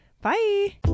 Bye